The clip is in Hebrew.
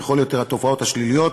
וכל יתר התופעות השליליות,